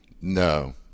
No